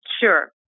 Sure